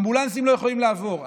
אמבולנסים לא יכולים לעבור.